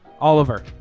Oliver